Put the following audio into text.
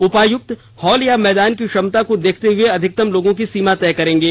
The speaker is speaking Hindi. उपायुक्त हॉल या मैदान की क्षमता को देखते हुए अधिकतम लोगों की सीमा तय करेंगे